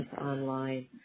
online